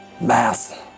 Math